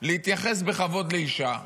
להתייחס בכבוד לאישה,